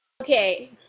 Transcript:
Okay